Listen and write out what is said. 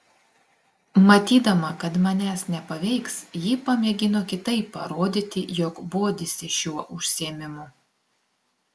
matydama kad manęs nepaveiks ji pamėgino kitaip parodyti jog bodisi šiuo užsiėmimu